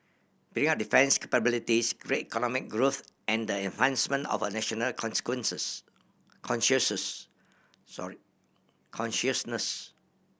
building up defence capabilities great economic growth and the enhancement of a national sorry consciousness